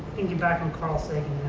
thinking back on carl sagan